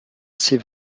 assez